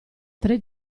tre